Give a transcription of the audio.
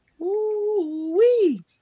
Ooh-wee